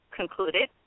concluded